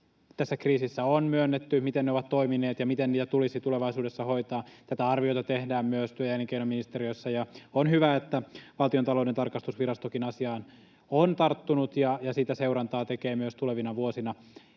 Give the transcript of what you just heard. tässä kriisissä on myönnetty, miten ne ovat toimineet ja miten niitä tulisi tulevaisuudessa hoitaa. Tätä arviota tehdään myös työ- ja elinkeinoministeriössä, ja on hyvä, että Valtiontalouden tarkastusvirastokin asiaan on tarttunut ja sitä seurantaa tekee myös tulevina vuosina.